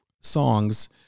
songs